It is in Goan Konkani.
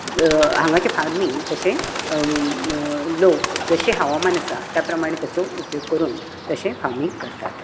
हांगाचे फार्मींग तशें लोक जशें हवामान आसा त्या प्रमाणे ताचो उपयोग करून तशें फार्मींग करतात